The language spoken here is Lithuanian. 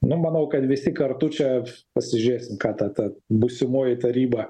nu manau kad visi kartu čia pasižiūrėsim ką ta ta būsimoji taryba